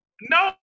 No